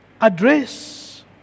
address